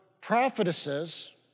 prophetesses